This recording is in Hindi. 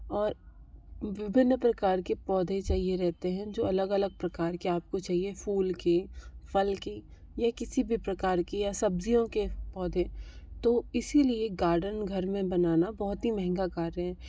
और विभिन्न प्रकार के पौधे चाहिए रहते हैं जो अलग अलग प्रकार के आप को चाहिए फूल के फल के या किसी भी प्रकार की या सब्ज़ियों के पौधे तो इसी लिए गार्डन घर में बनाना बहुत ही महंगा कार्य है